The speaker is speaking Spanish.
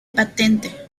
patente